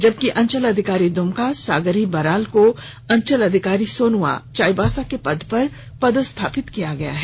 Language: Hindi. जबकि अंचलाधिकारी दुमका सागरी बराल को अंचल अधिकारी सोनुआ चाईबासा के पद पर पदस्थापित किया है